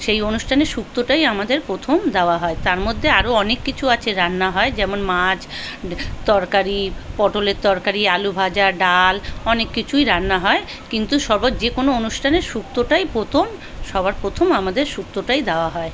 সেই অনুষ্ঠানে শুক্তটাই আমাদের প্রথম দেওয়া হয় তার মধ্যে আরও অনেক কিছু আছে রান্না হয় যেমন মাছ তরকারি পটলের তরকারি আলুভাজা ডাল অনেক কিছুই রান্না হয় কিন্তু সবার যেকোনো অনুষ্ঠানে শুক্তটাই প্রথম সবার প্রথম আমাদের শুক্তটাই দেওয়া হয়